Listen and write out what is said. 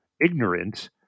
ignorant